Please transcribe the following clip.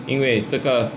因为这个